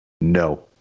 no